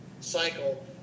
cycle